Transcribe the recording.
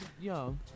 yo